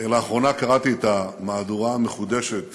לאחרונה קראתי את המהדורה המחודשת